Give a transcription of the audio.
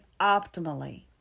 optimally